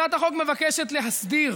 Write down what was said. הצעת החוק מבקשת להסדיר